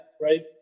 right